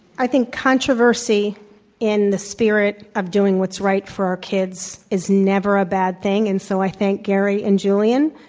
i think controversy in the spirit of doing what's right for our kids is never a bad thing and so i thank gary and julian.